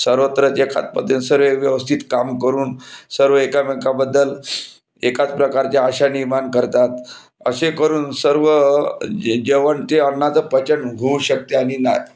सर्वत्र एकाच पद्धतीने सर्व व्यवस्थित काम करून सर्व एकामेकाबद्दल एकाच प्रकारच्या आशा निर्माण करतात असे करून सर्व जेवण ते अन्नाचं पचन होऊ शकते आणि